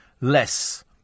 less